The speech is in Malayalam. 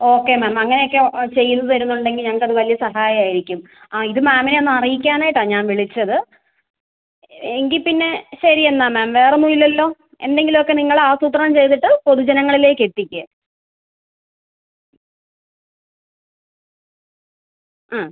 ഓക്കെ മാം അങ്ങനെയൊക്കെ ചെയ്ത് തരുന്നുണ്ടെങ്കിൽ ഞങ്ങൾക്ക് അത് വലിയ സഹായമായിരിക്കും ആ ഇത് മാമിനെയൊന്ന് അറിയിക്കാനായിട്ടാണ് ഞാൻ വിളിച്ചത് എങ്കിൽ പിന്നെ ശരിയെന്നാൽ മാം വേറൊന്നും ഇല്ലല്ലോ എന്തെങ്കിലുമൊക്കെ നിങ്ങൾ ആസൂത്രണം ചെയ്തിട്ട് പൊതു ജനങ്ങളിലേക്കെത്തിക്ക് ആ